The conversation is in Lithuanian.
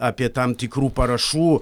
apie tam tikrų parašų